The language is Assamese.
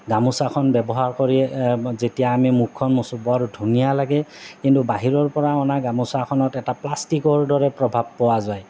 গামোচাখন ব্যৱহাৰ কৰি যেতিয়া আমি মুখখন মচো বৰ ধুনীয়া লাগে কিন্তু বাহিৰৰ পৰা অনা গামোচাখনত এটা প্লাষ্টিকৰ দৰে প্ৰভাৱ পোৱা যায়